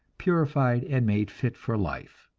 purified and made fit for life.